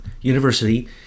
University